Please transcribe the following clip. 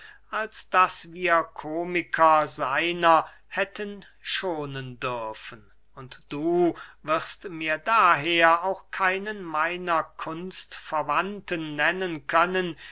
als daß wir komiker seiner hätten schonen dürfen und du wirst mir daher auch keinen meiner kunstverwandten nennen können